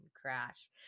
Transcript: crash